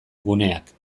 guneak